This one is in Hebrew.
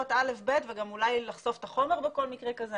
א'-ב' וגם אולי לחשוף את החומר בכל מקרה כזה,